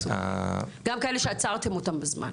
גם כאלה שעצרתם אותם בזמן.